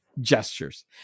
gestures